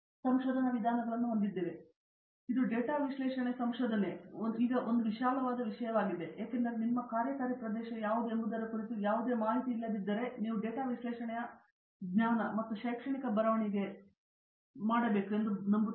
ಆದರೆ ಇದು ಡೇಟಾ ವಿಶ್ಲೇಷಣೆ ಸಂಶೋಧನೆಯು ಒಂದು ವಿಶಾಲವಾದ ವಿಷಯವಾಗಿದೆ ಏಕೆಂದರೆ ನಿಮ್ಮ ಕಾರ್ಯಕಾರಿ ಪ್ರದೇಶ ಯಾವುದು ಎಂಬುದರ ಕುರಿತು ಯಾವುದೇ ಮಾಹಿತಿ ಇಲ್ಲದಿದ್ದರೆ ನೀವು ಡೇಟಾ ವಿಶ್ಲೇಷಣೆಯ ಜ್ಞಾನ ಮತ್ತು ಶೈಕ್ಷಣಿಕ ಬರವಣಿಗೆಯಲ್ಲಿ ಮೂರನೇ ವಿಷಯ ಇರಬೇಕು ಎಂದು ನಾವು ನಂಬುತ್ತೇವೆ